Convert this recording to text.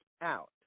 out